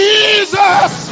Jesus